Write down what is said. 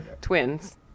twins